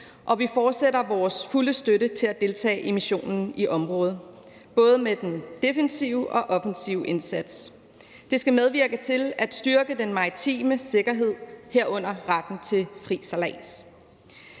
og vi fortsætter vores fulde støtte til at deltage i missionen i området, både med den defensive og offensive indsats. Den skal medvirke til at styrke den maritime sikkerhed, herunder retten til fri sejlads.